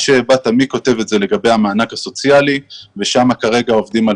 מה שבת עמי כותבת זה לגבי המענק הסוציאלי ושם כרגע עובדים על